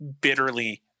bitterly